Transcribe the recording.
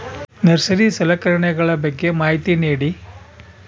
Nursery ಸಲಕರಣೆಗಳ ಬಗ್ಗೆ ಮಾಹಿತಿ ನೇಡಿ?